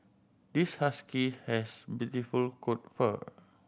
this husky has beautiful coat fur